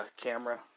camera